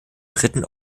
dritten